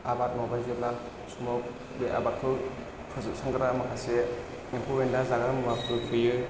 आबाद मावबाय जेब्ला समाव आबादखौ फोजोबस्रांग्रा माखासे एम्फौ एनला जाग्रा मुवाफोर फैयो